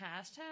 hashtag